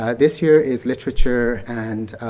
ah this year is literature and